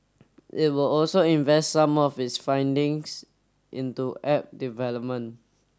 it will also invest some of its findings into app development